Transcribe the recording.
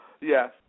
yes